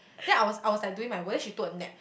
then I was I was like doing my work she took a nap